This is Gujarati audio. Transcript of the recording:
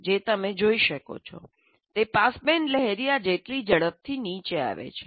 જે તમે જોઈ શકો છો તે પાસબેન્ડમાં લહેરિયાં જેટલી ઝડપથી નીચે આવે છે